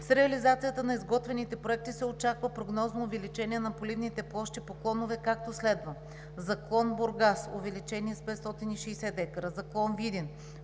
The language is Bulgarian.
С реализацията на изготвените проекти се очаква прогнозно увеличение на поливните площи по клонове, както следва: за клон Бургас – увеличение с 560 декара; за клон Видин